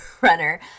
runner